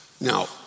Now